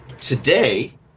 Today